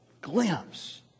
glimpse